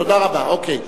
תודה רבה, אוקיי.